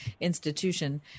Institution